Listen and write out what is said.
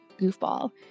goofball